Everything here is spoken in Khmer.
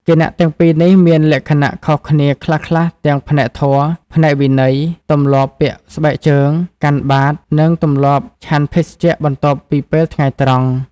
គណៈទាំងពីរនេះមានលក្ខណៈខុសគ្នាខ្លះៗទាំងផ្នែកធម៌ ផ្នែកវិន័យ ទម្លាប់ពាក់ស្បែកជើង កាន់បាត្រ និងទម្លាប់ឆាន់ភេសជ្ជៈបន្ទាប់ពីពេលថ្ងៃត្រង់។